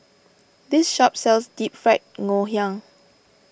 this shop sells Deep Fried Ngoh Hiang